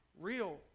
real